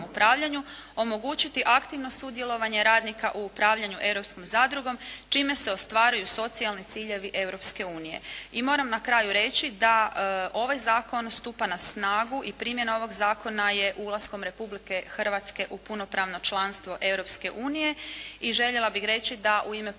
omogućiti aktivno sudjelovanje radnika u upravljanju europskom zadrugom čime se ostvaruju socijalni ciljevi Europske unije. I moram na kraju reći da ovaj zakon stupa na snagu i primjena ovog zakona je ulaskom Republike Hrvatske u punopravno članstvo Europske unije i željela bih reći da u ime predlagatelja